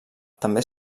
també